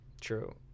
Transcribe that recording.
True